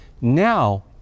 now